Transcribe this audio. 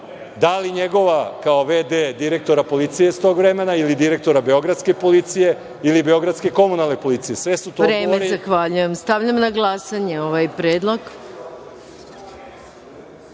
Da li njegova kao v.d. direktora policije iz tog vremena, ili direktora beogradske policije, ili beogradske komunalne policije? **Maja Gojković** Vreme. Zahvaljujem. Stavljam na glasanje ovaj